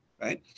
right